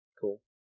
Cool